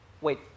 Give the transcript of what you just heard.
Wait